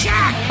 Jack